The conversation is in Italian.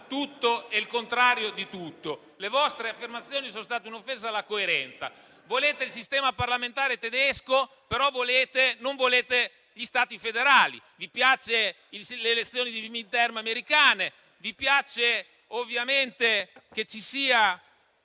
tutto e il contrario di tutto, le vostre affermazioni sono state un'offesa alla coerenza: volete il sistema parlamentare tedesco, però non volete gli Stati federali; vi piacciono le elezioni americane di *midterm*, ma vi piace anche che il